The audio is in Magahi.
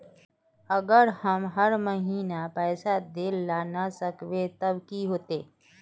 अगर हम हर महीना पैसा देल ला न सकवे तब की होते?